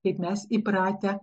kaip mes įpratę